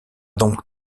donc